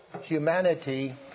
humanity